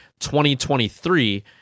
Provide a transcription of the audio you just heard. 2023